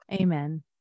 Amen